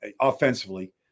offensively